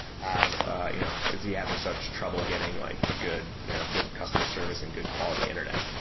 have you know is he having such trouble getting like good you know good customer service and good quality internet?